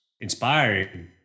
inspiring